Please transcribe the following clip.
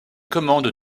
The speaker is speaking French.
commandes